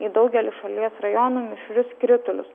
į daugelį šalies rajonų mišrius kritulius